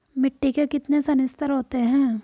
मिट्टी के कितने संस्तर होते हैं?